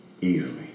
easily